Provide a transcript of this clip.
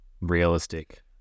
realistic